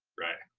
right.